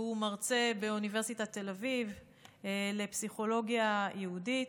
שהוא מרצה באוניברסיטת תל אביב לפסיכולוגיה יהודית.